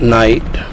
night